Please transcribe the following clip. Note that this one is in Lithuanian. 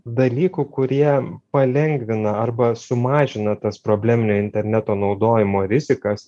dalykų kurie palengvina arba sumažina tas probleminio interneto naudojimo rizikas